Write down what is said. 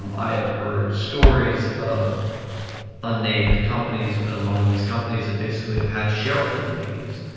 um i have heard stories of unnamed companies, but among these companies that basically have had shareholder meetings,